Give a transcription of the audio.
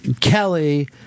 Kelly